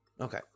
Okay